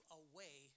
away